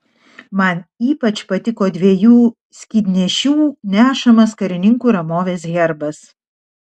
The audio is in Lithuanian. man ypač patiko dviejų skydnešių nešamas karininkų ramovės herbas